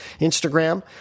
Instagram